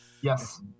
Yes